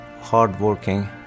hardworking